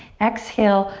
exhale.